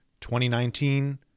2019